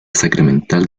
sacramental